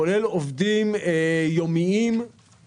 כולל עובדים יומיים.